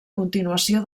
continuació